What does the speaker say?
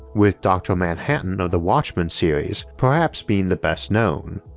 with dr. manhattan of the watchmen series perhaps being the best known.